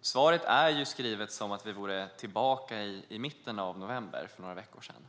svaret är dock skriven som om vi vore tillbaka i mitten av november, för några veckor sedan.